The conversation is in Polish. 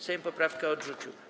Sejm poprawkę odrzucił.